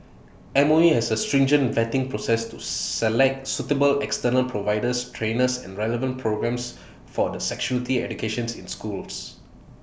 M O E has A stringent vetting process to select suitable external providers trainers and relevant programmes for the sexuality educations in schools